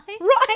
Right